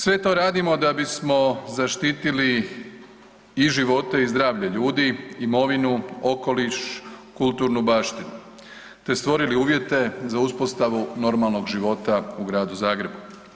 Sve to radimo da bismo zaštitili i živote i zdravlje ljudi, imovinu, okoliš, kulturnu baštinu, te stvorili uvjete za uspostavu normalnog života u Gradu Zagrebu.